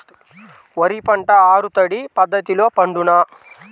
వరి పంట ఆరు తడి పద్ధతిలో పండునా?